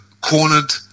cornered